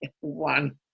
one